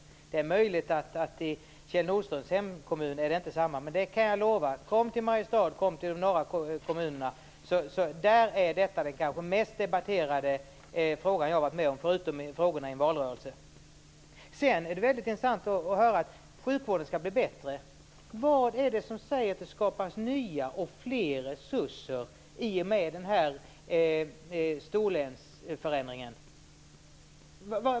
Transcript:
Det är möjligt att samma inte gäller i Kjell Nordströms hemkommun, men i Mariestad och de norra kommunerna kan jag lova att detta är den mest debatterade fråga jag har varit med om, bortsett från frågorna i en valrörelse. Det är väldigt intressant att höra att sjukvården skall bli bättre. Vad är det som säger att det skapas nya och fler resurser i och med storlänsförändringen?